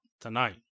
tonight